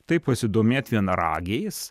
tai pasidomėt vienaragiais